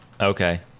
Okay